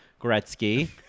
Gretzky